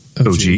OG